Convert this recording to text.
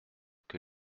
que